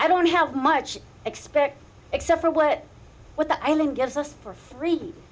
i don't have much expect except for what what the island gives us for free